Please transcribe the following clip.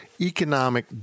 economic